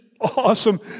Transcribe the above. awesome